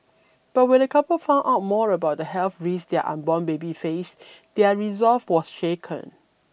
but when the couple found out more about the health risks their unborn baby faced their resolve was shaken